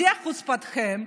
בשיא חוצפתכם,